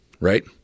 right